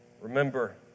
remember